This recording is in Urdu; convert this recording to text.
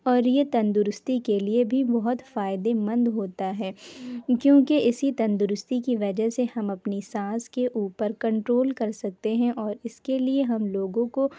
اور یہ تندرستی کے لیے بھی بہت فائدے مند ہوتا ہے کیونکہ اسی تندرستی کی وجہ سے ہم اپنی سانس کے اوپر کنٹرول کر سکتے ہیں اور اس کے لیے ہم لوگوں کو